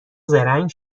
زرنگ